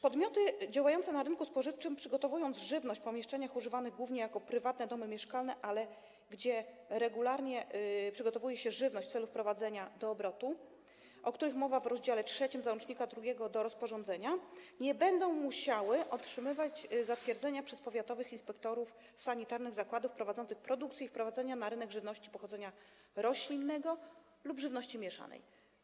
Podmioty działające na rynku spożywczym, przygotowując żywność w pomieszczeniach używanych głównie jako prywatne domy mieszkalne, gdzie jednak regularnie przygotowuje się żywność w celu wprowadzenia do obrotu, o których mowa w rozdz. 3 załącznika nr 2 do rozporządzenia, nie będą musiały otrzymywać zatwierdzenia przez powiatowych inspektorów sanitarnych zakładów prowadzących produkcję i wprowadzenia na rynek żywności pochodzenia roślinnego lub żywności mieszanej.